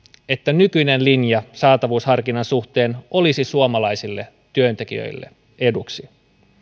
että nykyinen linja saatavuusharkinnan suhteen olisi suomalaisille työntekijöille eduksi